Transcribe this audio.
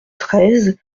treize